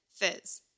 fizz